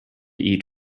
eat